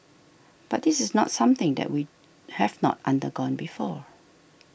but this is not something that we have not undergone before